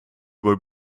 were